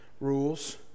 rules